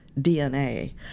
DNA